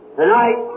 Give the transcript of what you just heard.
tonight